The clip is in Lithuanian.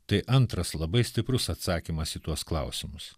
tai antras labai stiprus atsakymas į tuos klausimus